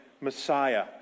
Messiah